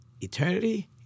Eternity